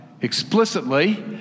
explicitly